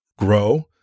Grow